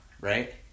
right